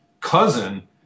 cousin